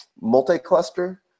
multi-cluster